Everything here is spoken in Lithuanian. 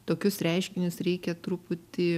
tokius reiškinius reikia truputį